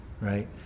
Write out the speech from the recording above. Right